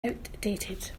outdated